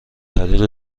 طریق